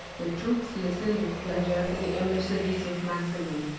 the troops listened with pleasure to the emissaries of maximin.